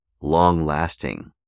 long-lasting